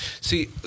See